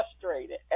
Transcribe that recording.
frustrated